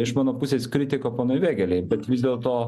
iš mano pusės kritika ponui vėgėlei bet vis dėlto